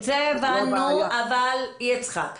את זה הבנו, אבל, יצחק,